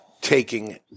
taking